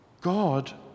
God